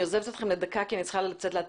אני עוזבת אתכם לדקה כי אני צריכה להצביע.